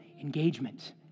engagement